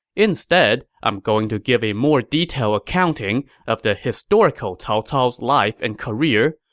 instead, i am going to give a more detailed accounting of the historical cao cao's life and career,